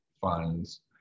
funds